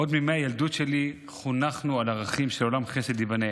עוד מימי הילדות שלי חונכנו על ערכים של "עולם חסד ייבנה".